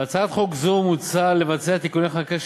בהצעת חוק זו מוצע לבצע תיקוני חקיקה